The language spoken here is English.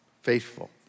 faithful